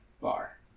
bar